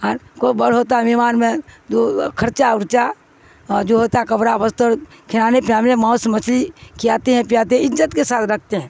کو بڑ ہوتا ہے مہمان میں جو خرچہ ارچا اور جو ہوتا کپرا بستر کھلانے پیانے موس مچھلی کے ہیں پیاے ہیں عجت کے ساتھ رکھتے ہیں